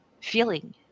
feeling